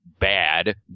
bad